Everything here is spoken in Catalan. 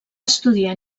estudiar